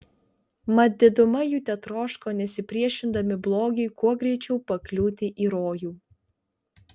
mat diduma jų tetroško nesipriešindami blogiui kuo greičiau pakliūti į rojų